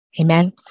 Amen